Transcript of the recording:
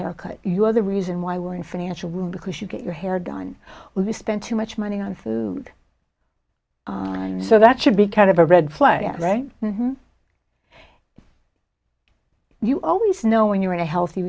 haircut you are the reason why we're in financial ruin because you get your hair done well we spend too much money on food so that should be kind of a red flag right you always know when you're in a healthy